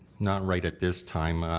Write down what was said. not right at this time. ah